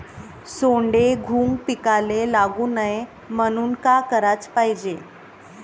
सोंडे, घुंग पिकाले लागू नये म्हनून का कराच पायजे?